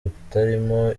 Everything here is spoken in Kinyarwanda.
butarimo